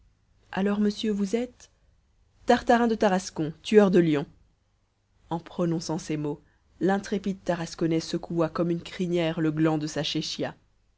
alors monsieur vous êtes tartarin de tarascon tueur de lions en prononçant ces mots l'intrépide tarasconnais secoua comme une crinière le gland de sa